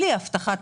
בלי הבטחת